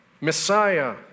Messiah